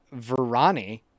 Verani